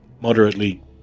moderately